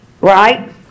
Right